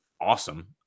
awesome